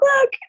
look